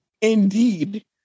indeed